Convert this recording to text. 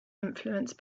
influence